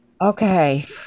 okay